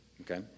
Okay